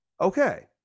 Okay